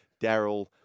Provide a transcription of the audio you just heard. Daryl